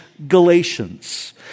Galatians